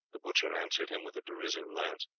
the butcher answered him with a derisive laugh.